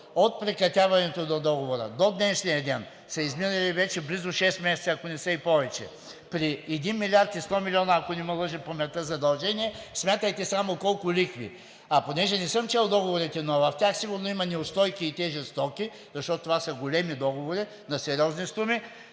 от прекратяването на договора до днешния ден са изминали вече близо шест месеца, ако не са и повече. При 1 милиард и 100 милиона, ако не ме лъже паметта, задължение, смятайте само колко лихви. А понеже не съм чел договорите, но в тях сигурно има неустойки и тези стоки, защото това са големи договори, на сериозни суми